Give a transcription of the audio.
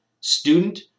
student